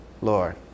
Lord